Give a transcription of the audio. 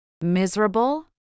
Miserable